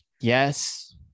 Yes